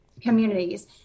communities